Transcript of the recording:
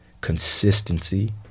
consistency